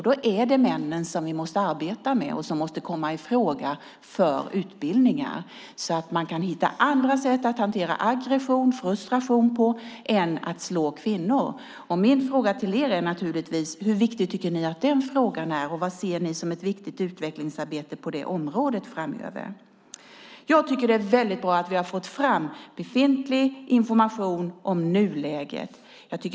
Då är det männen vi måste arbeta med och som kommer i fråga för utbildningar så att de kan hitta andra sätt att hantera aggression och frustration än att slå kvinnor. Min fråga till er är: Hur viktig tycker ni att den frågan är? Vad ser ni som ett viktigt utvecklingsarbete på det området framöver? Det är väldigt bra att vi har fått fram befintlig information om nuläget.